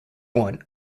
one